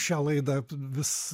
šią laidą vis